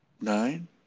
Nine